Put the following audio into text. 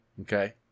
Okay